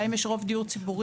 בהם יש רוב דיור ציבורי.